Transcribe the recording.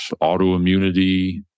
autoimmunity